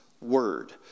word